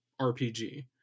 rpg